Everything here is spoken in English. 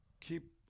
keep